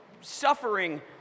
suffering